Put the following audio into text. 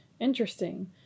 Interesting